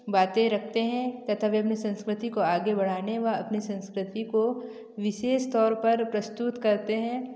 बातें रखते हैं तथा वे अपनी संस्कृति को आगे बढ़ाने व अपने संस्कृति को विशेष तौर पर प्रस्तुत करते हैं